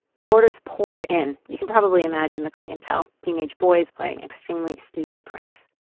the orders poured in. you can probably imagine the clientele, teenage boys playing extremely stupid pranks.